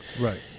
Right